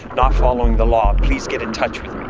not following the law, please get in touch with